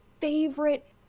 favorite